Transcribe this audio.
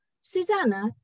Susanna